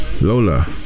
Lola